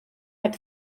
heb